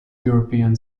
european